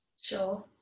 Sure